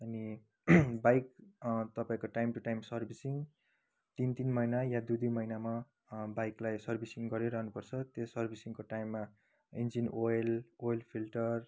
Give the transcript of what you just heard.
अनि बाइक तपाईँको time to time servicing तिन तिन महिना या दुई दुई महिनामा बाइकलाई सर्विसिङ गराइरहनु पर्छ त्यो सर्विसिङको टाइममा इन्जिन ओइल ओइल फिल्टर